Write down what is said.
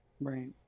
Right